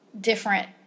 different